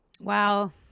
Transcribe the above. Wow